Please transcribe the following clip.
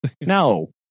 no